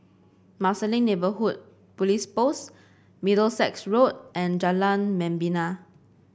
Marsiling Neighbourhood Police Post Middlesex Road and Jalan Membina